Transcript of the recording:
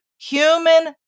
human